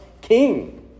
king